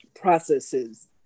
processes